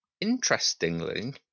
Interestingly